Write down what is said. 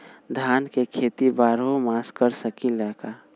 धान के खेती बारहों मास कर सकीले का?